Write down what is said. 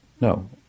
No